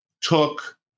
took